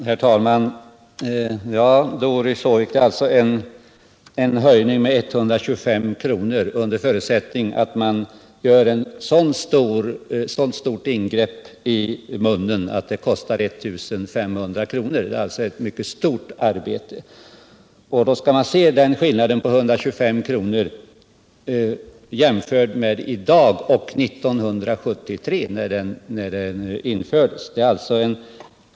Herr talman! Först till Doris Håvik: Det blir en höjning med 125 kr. under förutsättning att man gör ett sådant stort ingrepp i munnen att det kostar 1 500 kr. Och höjningen skall jämföras med nivån 1973, när reglerna infördes.